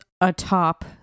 atop